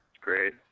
Great